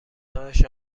دانش